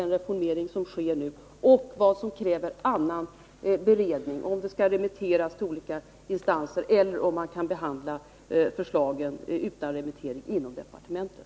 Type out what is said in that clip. den reformering som nu sker, och vad som kräver annan beredning — om förslagen skall remitteras till olika instanser eller om de kan behandlas utan beredning inom departementet.